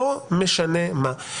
לא משנה מה.